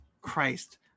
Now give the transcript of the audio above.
Christ